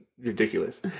ridiculous